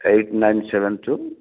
eight nine seven two